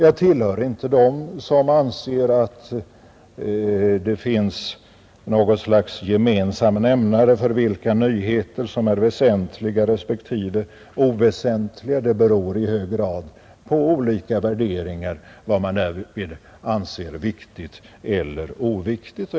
Jag tillhör inte dem som anser att det finns något slags gemensam nämnare för vilka nyheter som är väsentliga respektive oväsentliga. Det beror i hög grad på olika värderingar vad man anser viktigt eller oviktigt.